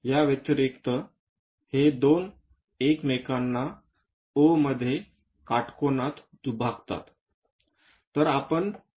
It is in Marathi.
या व्यतिरिक्त हे दोन एकमेकांना O मध्ये काटकोनात दुभागतात